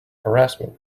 harassment